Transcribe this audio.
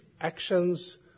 actions